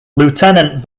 lieutenant